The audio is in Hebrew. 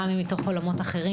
גם אם אנחנו בעולמות אחרות,